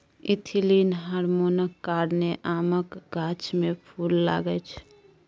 ethylene हार्मोनक कारणेँ आमक गाछ मे फुल लागय छै